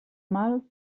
mal